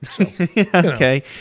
okay